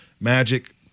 Magic